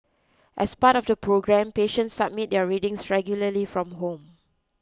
as part of the programme patients submit their readings regularly from home